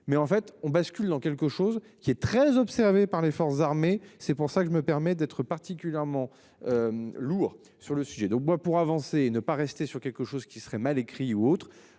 Mais en fait on bascule dans quelque chose qui est très observée par les forces armées. C'est pour ça que je me permets d'être particulièrement. Lourd sur le sujet d'moins pour avancer et ne pas rester sur quelque chose qui serait mal écrit ou autre.